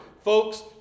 Folks